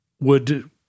would-